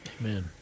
Amen